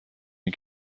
این